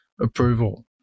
approval